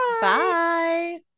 Bye